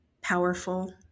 powerful